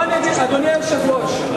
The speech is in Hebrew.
אדוני היושב-ראש,